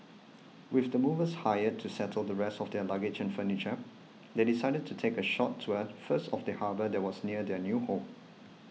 with the movers hired to settle the rest of their luggage and furniture they decided to take a short tour first of the harbour that was near their new home